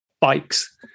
bikes